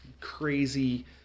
crazy